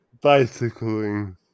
bicycling